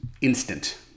instant